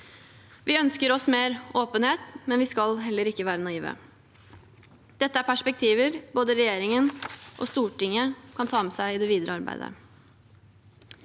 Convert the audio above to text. Vi ønsker mer åpenhet, men vi skal heller ikke være naive. Dette er perspektiver både regjeringen og Stortinget kan ta med seg i det videre arbeidet.